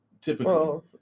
typically